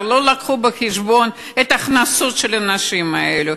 לא הביאו בחשבון את ההכנסות של האנשים האלה.